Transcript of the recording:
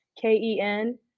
k-e-n